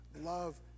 love